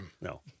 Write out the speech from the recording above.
No